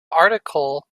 article